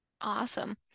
Awesome